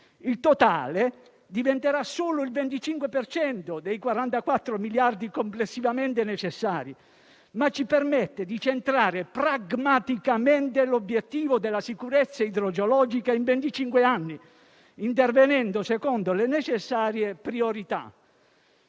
il totale diventerà solo il 25 per cento dei 44 miliardi complessivamente necessari, ma ci permette di centrare pragmaticamente l'obiettivo della sicurezza idrogeologica in venticinque anni, intervenendo secondo le necessarie priorità.